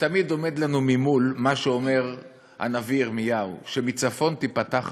שתמיד עומד לנו ממול מה שאומר הנביא ירמיהו: "מצפון תפתח הרעה".